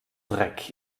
dreck